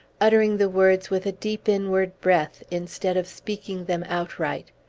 uttering the words with a deep inward breath, instead of speaking them outright.